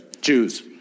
Jews